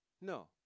No